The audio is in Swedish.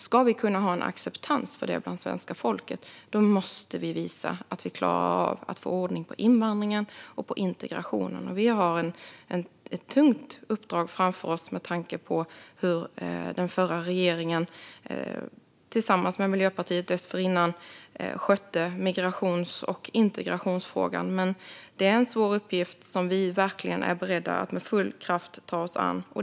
Ska vi kunna ha en acceptans för det bland svenska folket måste vi visa att vi klarar av att få ordning på invandringen och integrationen. Vi har ett tungt uppdrag framför oss med tanke på hur den förra regeringen och regeringen dessförinnan med Miljöpartiet skötte migrations och integrationsfrågan. Men det är en svår uppgift som vi verkligen är beredda att ta oss an med full kraft.